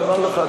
אני אומר לך,